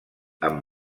amb